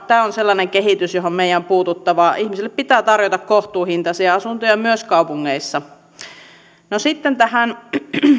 tämä on sellainen kehitys johon meidän on puututtava ihmisille pitää tarjota kohtuuhintaisia asuntoja myös kaupungeissa sitten